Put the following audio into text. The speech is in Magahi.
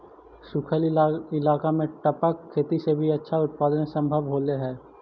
सूखल इलाका में टपक खेती से भी अच्छा उत्पादन सम्भव होले हइ